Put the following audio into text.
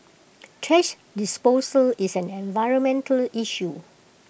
trash disposal is an environmental issue